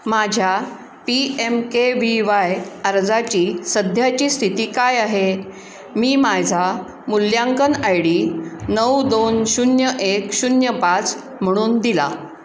माझ्या P M K V Y अर्जाची सध्याची स्थिती काय आहे मी माझा मूल्यांकन आय डी नऊ दोन शून्य एक शून्य पाच म्हणून दिला